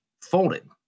folded